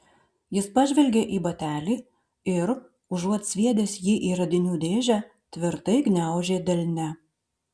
jis pažvelgė į batelį ir užuot sviedęs jį į radinių dėžę tvirtai gniaužė delne